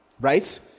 right